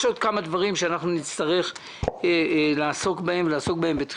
ויש עוד כמה דברים שנצטרך לעסוק בהם בדחיפות.